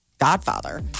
Godfather